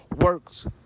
works